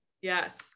Yes